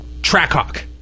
Trackhawk